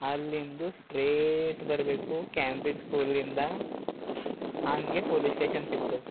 ಅಲ್ಲಿಂದ ಸ್ಟ್ರೇಟ್ ಬರಬೇಕು ಕ್ಯಾಮ್ರಿಜ್ ಸ್ಕೂಲಿಂದ ಹಾಗೆ ಪೊಲೀಸ್ ಸ್ಟೇಷನ್ ಸಿಗ್ತದೆ